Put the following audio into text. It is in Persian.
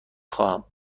خواهم